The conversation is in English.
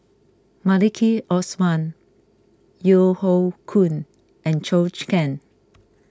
Maliki Osman Yeo Hoe Koon and Zhou chicken